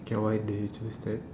k why did you choose that